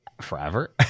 forever